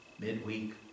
midweek